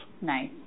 Nice